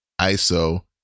ISO